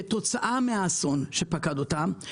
כתוצאה מהאסון שפקד אותם,